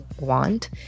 want